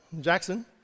Jackson